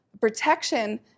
Protection